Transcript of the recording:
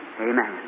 Amen